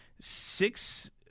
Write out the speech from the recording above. six –